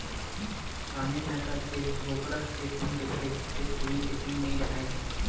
Saanen नसल के बोकरा के सींग रहिथे अउ छेरी के सींग नइ राहय